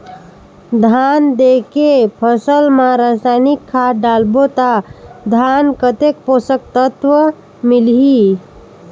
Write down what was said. धान देंके फसल मा रसायनिक खाद डालबो ता धान कतेक पोषक तत्व मिलही?